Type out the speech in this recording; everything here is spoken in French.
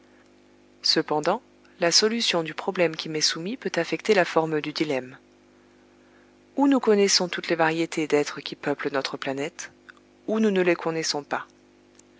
cependant la solution du problème qui m'est soumis peut affecter la forme du dilemme ou nous connaissons toutes les variétés d'êtres qui peuplent notre planète ou nous ne les connaissons pas